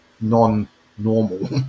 non-normal